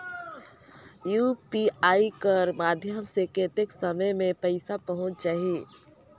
UPI कर माध्यम से कतेक समय मे पइसा पहुंच जाहि?